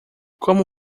como